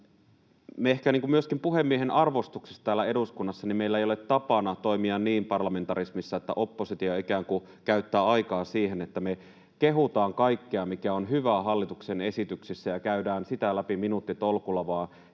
ehkä niin kuin puhemiehen arvostuksesta ei ole tapana toimia niin parlamentarismissa, että oppositio ikään kuin käyttää aikaa siihen, että me kehumme kaikkea, mikä on hyvää hallituksen esityksissä, ja käydään sitä läpi minuuttitolkulla,